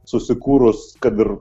susikūrus kad ir